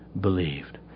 believed